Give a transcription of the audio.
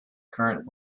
current